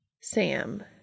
Sam